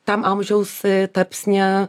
tam amžiaus tarpsnyje